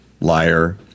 Liar